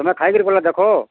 ତମେ ଖାଇକିରି ପହେଲା ଦେଖ